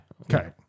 Okay